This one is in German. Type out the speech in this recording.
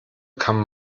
kann